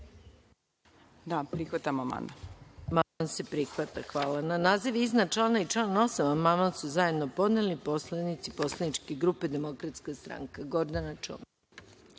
Da, prihvatam amandman.